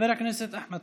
חבר הכנסת אחמד